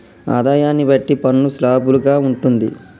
ఆదాయాన్ని బట్టి పన్ను స్లాబులు గా ఉంటుంది